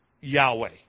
Yahweh